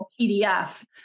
pdf